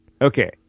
okay